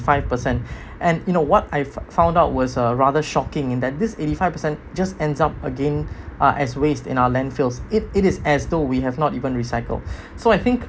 five per cent and you know what I've found out was uh rather shocking in that this eighty five percent just ends up again uh as waste in our landfills it is as though we have not even recycled so I think